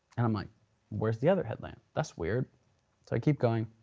and i'm like where's the other headlamp? that's weird, so i keep going.